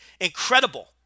incredible